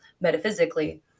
metaphysically